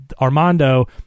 armando